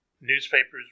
newspapers